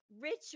Richard